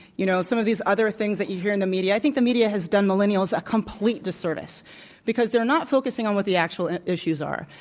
you know some of these other things that you hear in the media i think the media has done millennials a complete disservice because they're not focusing on what the actual issues are.